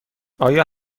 آیا